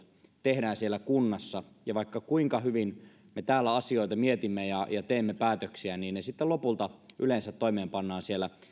tehdään siellä kunnassa ja vaikka kuinka hyvin me täällä asioita mietimme ja teemme päätöksiä niin ne sitten lopulta yleensä toimeenpannaan siellä